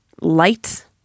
light